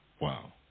Wow